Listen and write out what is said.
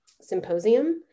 symposium